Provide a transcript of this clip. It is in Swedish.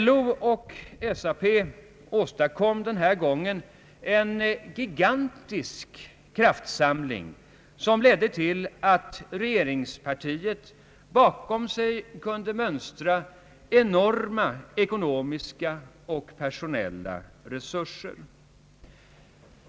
LO och SAP åstadkom denna gång en gigantisk kraftsamling som ledde till att regeringspartiet bakom sig kunde mönstra enorma ekonomiska och personella resurser.